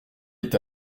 est